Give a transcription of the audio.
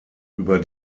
über